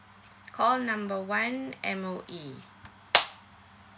call number one M_O_E